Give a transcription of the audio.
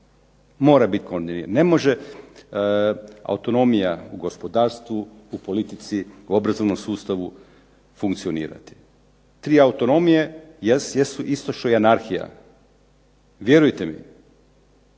Mora biti koordiniran. Ne može autonomija u gospodarstvu u politici u obrazovnom sustavu funkcionirati. Tri autonomije jesu isto što i anarhija. Vjerujte mi.